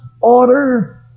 order